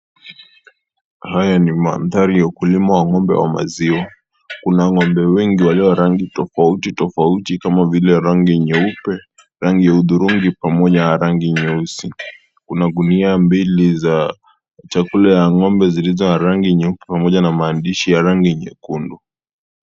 Haya ni maandhari ya ukulima wa ng'ombe wa maziwa. Kuna ng'ombe wengi walio rangi tofauti tofauti kama vile rangi nyeupe, rangi ya udhurungi pamoja na rangi nyeusi, kuna gunia mbili za chakula ya ng'ombe zilizo na rangi nyeupe pamoja na maandishi ya rangi nyekundu.